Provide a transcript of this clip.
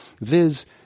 Viz